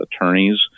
attorneys